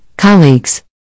Colleagues